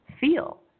feel